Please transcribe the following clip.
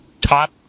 top